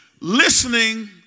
Listening